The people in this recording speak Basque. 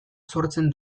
sortzen